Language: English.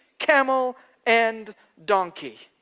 camel and donkey.